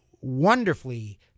Wonderfully